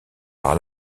par